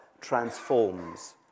transforms